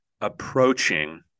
approaching